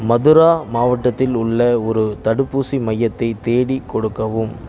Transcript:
மதுரா மாவட்டத்தில் உள்ள ஒரு தடுப்பூசி மையத்தைத் தேடிக் கொடுக்கவும்